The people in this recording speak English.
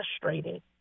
frustrated